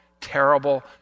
terrible